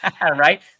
right